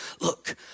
Look